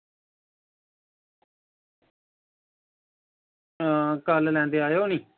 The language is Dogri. आं कल्ल लैंदे आवेओ निं